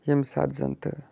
ییٚمہِ ساتہٕ زَن تہٕ